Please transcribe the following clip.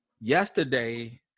Yesterday